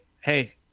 hey